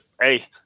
hey